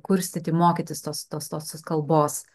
kurstyti mokytis tos tos tos kalbos